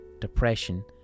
depression